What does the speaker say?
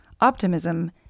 Optimism